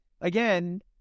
again